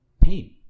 pain